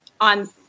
on